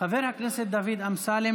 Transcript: חבר הכנסת דוד אמסלם.